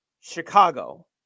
Chicago